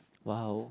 wow